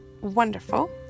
wonderful